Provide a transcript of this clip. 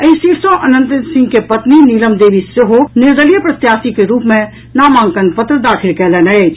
एहि सीट सॅ अनंत सिंह के पत्नी नीलम देवी सेहो निर्दलीय प्रत्याशी के रूप मे नामांकन पत्र दाखिल कयलनि अछि